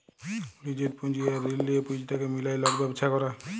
লিজের পুঁজি আর ঋল লিঁয়ে পুঁজিটাকে মিলায় লক ব্যবছা ক্যরে